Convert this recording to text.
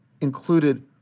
included